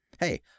Hey